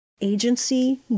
agency